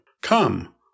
Come